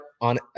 on